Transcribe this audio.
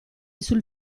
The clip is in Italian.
sul